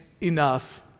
enough